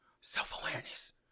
Self-awareness